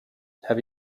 have